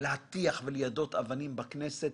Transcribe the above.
להטיח וליידות אבנים בכנסת